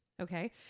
Okay